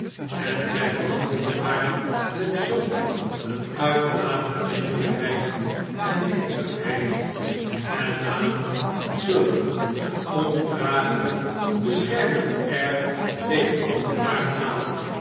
en zij behandelden haar met zulk een uitermate vriendelijkheid en minzaamheid en namen zulk een ondragelijk beschermend air tegenover haar aan